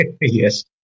Yes